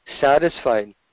satisfied